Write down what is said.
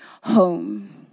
home